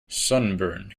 sunburn